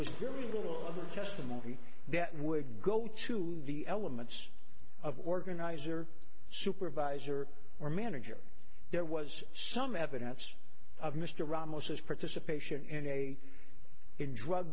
of just a movie that would go to the elements of organizer supervisor or manager there was some evidence of mr ramos his participation in a in drug